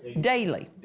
Daily